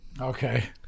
Okay